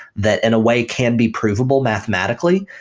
that in a way can be provable mathematically.